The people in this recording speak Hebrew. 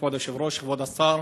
כבוד היושב-ראש, כבוד השר,